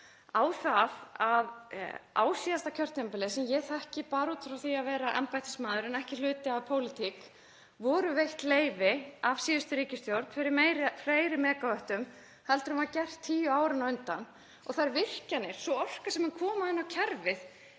á það að á síðasta kjörtímabili, sem ég þekki bara út frá því að vera embættismaður en ekki hluti af pólitík, voru veitt leyfi af síðustu ríkisstjórn fyrir fleiri megavöttum heldur en var gert tíu ár á undan. Þær virkjanir og sú orka sem mun koma inn á kerfið